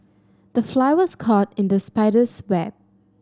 the fly was caught in the spider's web